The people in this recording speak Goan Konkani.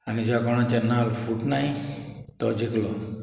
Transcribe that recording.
आनी ज्या कोणाचें नाल फुटनाय तो जिकलो